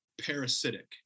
parasitic